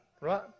right